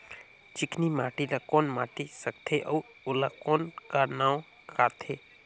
चिकनी माटी ला कौन माटी सकथे अउ ओला कौन का नाव काथे?